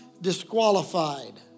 disqualified